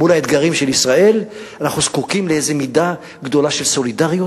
מול האתגרים של ישראל אנחנו זקוקים לאיזו מידה גדולה של סולידריות,